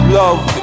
love